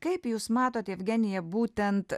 kaip jūs matot evgenija būtent